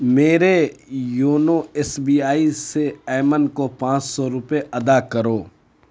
میرے YONO SBI سے ایمن کو پانچ سو روپے ادا کرو